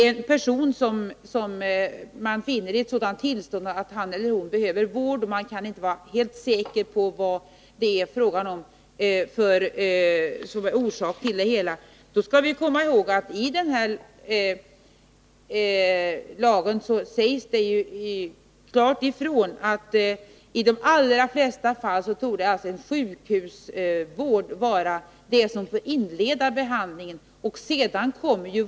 När man finner en person i ett sådant tillstånd att han eller hon behöver vård och man inte kan vara helt säker på vad som är orsaken till det hela, skall man komma ihåg att det i LYM sägs klart ifrån, att i de allra flesta fall bör sjukhusvård vara det som får inleda behandlingen.